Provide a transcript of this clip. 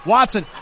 Watson